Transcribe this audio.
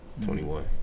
21